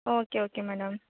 okay okay madam